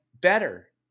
better